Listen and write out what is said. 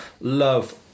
love